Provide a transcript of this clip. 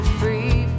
free